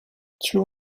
too